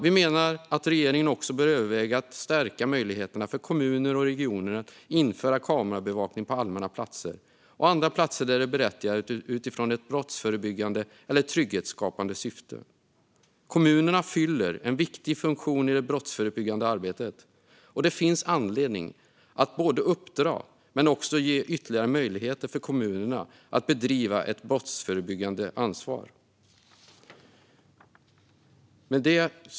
Vi menar att regeringen också bör överväga att stärka möjligheterna för kommuner och regioner att införa kamerabevakning på allmänna platser och andra platser där det är berättigat utifrån ett brottsförebyggande eller trygghetsskapande syfte. Kommunerna fyller en viktig funktion i det brottsförebyggande arbetet, och det finns anledning att både uppdra åt och ge ytterligare möjligheter för kommunerna att bedriva ett brottsförebyggande arbete.